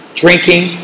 drinking